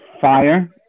fire